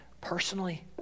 personally